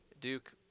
Duke